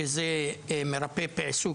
שזה מרפא בעיסוק,